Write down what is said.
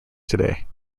today